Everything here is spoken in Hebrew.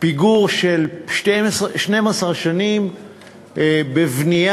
פיגור של 12 שנים בבנייה,